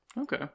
Okay